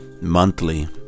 monthly